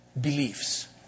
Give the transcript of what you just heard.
beliefs